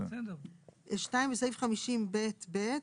בסעיף 50ב(ב)